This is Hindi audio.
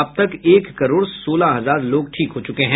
अब तक एक करोड़ सोलह हजार लोग ठीक हो चुके हैं